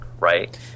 Right